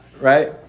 right